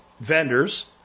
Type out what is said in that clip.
vendors